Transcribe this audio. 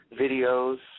videos